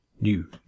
new